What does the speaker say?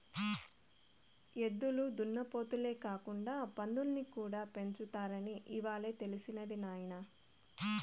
ఎద్దులు దున్నపోతులే కాకుండా పందుల్ని కూడా పెంచుతారని ఇవ్వాలే తెలిసినది నాయన